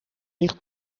dicht